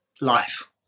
life